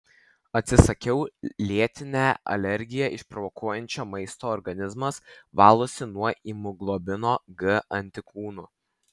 atsisakius lėtinę alergiją išprovokuojančio maisto organizmas valosi nuo imunoglobulino g antikūnų